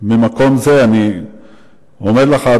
ממקום זה אני אומר לך,